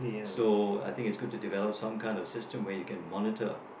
so I think it's good to develop some kind of system where you can monitor